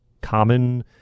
common